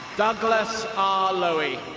douglas r. lowy,